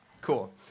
Cool